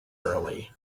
early